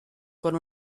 con